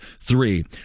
Three